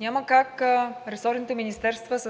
Няма как ресорните министерства,